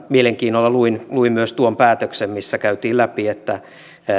mielenkiinnolla luin luin myös tuon päätöksen missä käytiin läpi että